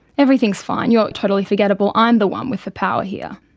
everything's fine, you're totally forgettable, i'm the one with the power here.